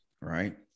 right